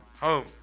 home